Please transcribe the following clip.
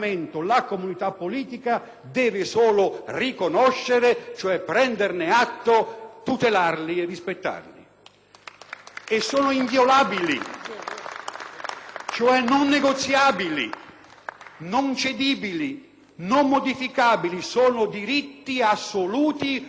dai Gruppi PdL e LNP).* E sono inviolabili, cioè non negoziabili, non cedibili, non modificabili: sono diritti assoluti, preesistenti, legati all'uomo in quanto uomo. Ecco